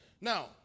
Now